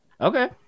Okay